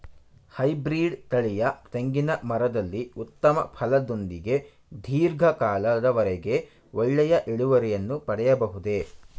Hybrid ತಳಿಯ ತೆಂಗಿನ ಮರದಲ್ಲಿ ಉತ್ತಮ ಫಲದೊಂದಿಗೆ ಧೀರ್ಘ ಕಾಲದ ವರೆಗೆ ಒಳ್ಳೆಯ ಇಳುವರಿಯನ್ನು ಪಡೆಯಬಹುದೇ?